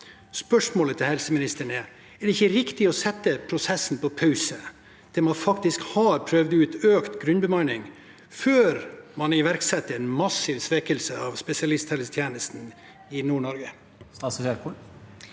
Spørsmålet til helseministeren er: Er det ikke riktig å sette prosessen på pause til man faktisk har prøvd ut økt grunnbemanning, før man iverksetter en massiv svekkelse av spesialisthelsetjenesten i Nord-Norge?